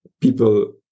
people